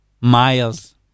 miles